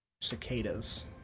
cicadas